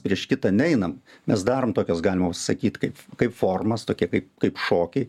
prieš kitą neinam mes darom tokias galima sakyt kaip kaip formas tokie kaip kaip šokiai